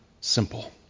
simple